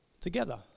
together